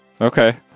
Okay